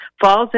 falls